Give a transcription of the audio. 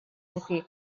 okay